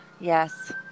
yes